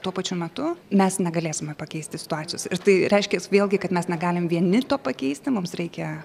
tuo pačiu metu mes negalėsime pakeisti situacijos ir tai reiškias vėlgi kad mes negalim vieni to pakeisti mums reikia